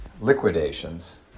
liquidations